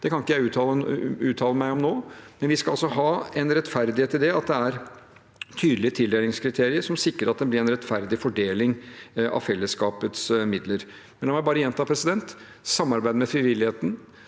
kan jeg ikke uttale meg om nå, men vi skal ha en rettferdighet i at det er tydelige tildelingskriterier som sikrer at det blir en rettferdig fordeling av fellesskapets midler. La meg bare gjenta: Samarbeidet med frivilligheten